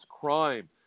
crime